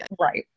Right